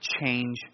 change